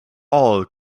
all